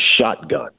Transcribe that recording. shotgun